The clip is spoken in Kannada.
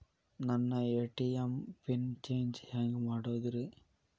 ನನ್ನ ಎ.ಟಿ.ಎಂ ಪಿನ್ ಚೇಂಜ್ ಹೆಂಗ್ ಮಾಡೋದ್ರಿ?